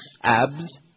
Abs